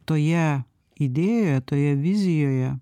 toje idėjoje toje vizijoje